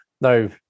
no